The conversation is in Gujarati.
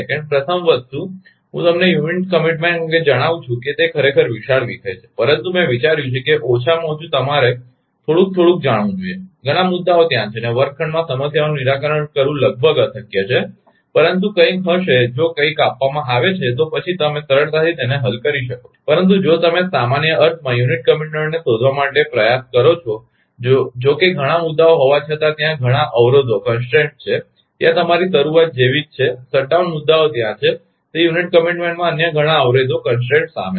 પ્રથમ વસ્તુ હું તમને યુનિટ કમીટમેન્ટ અંગે જણાવું છું તે ખરેખર વિશાળ વિષય છે પરંતુ મેં વિચાર્યું કે ઓછામાં ઓછું તમારે થોડુંક થોડુંક જાણવું જોઈએ ઘણા મુદ્દાઓ ત્યાં છે અને વર્ગખંડમાં સમસ્યાઓનું નિરાકરણ કરવું લગભગ અશક્ય છે પરંતુ કંઈક હશે જો કંઇક આપવામાં આવે છે તો પછી તમે સરળતાથી તેને હલ કરી શકો છો પરંતુ જો તમે સામાન્ય અર્થમાં યુનિટ કમીટમેન્ટને શોધવા માટે પ્રયાસ કરો છો જો કે ઘણા મુદ્દાઓ હોવા છતાં ત્યાં ઘણા અવરોધો છે ત્યાં તમારી શરૂઆત જેવી જ છે શટ ડાઉન મુદ્દાઓ ત્યાં છે તે યુનિટ કમીટમેન્ટમાં અન્ય ઘણા અવરોધો સામેલ છે